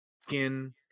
skin